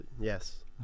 yes